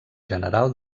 general